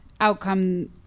outcome